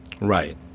Right